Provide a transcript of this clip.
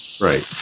right